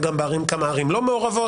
וגם בכמה ערים לא מעורבות,